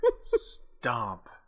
stomp